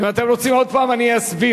אם אתם רוצים עוד הפעם, אני אסביר.